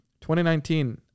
2019